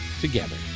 together